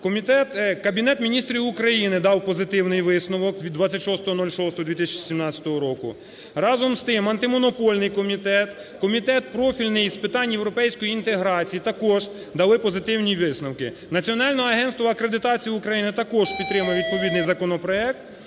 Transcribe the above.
Кабінет Міністрів України дав позитивний висновок від 26.06.2017 року. Разом з тим, Антимонопольний комітет, Комітет профільний з питань європейської інтеграції також дали позитивні висновки. Національне агентство акредитації України також підтримує відповідний законопроект.